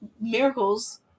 miracles